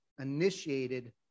initiated